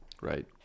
Right